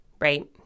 right